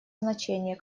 значение